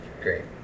Great